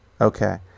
okay